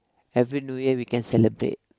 Happy New Year we can celebrate